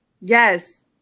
Yes